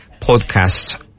podcast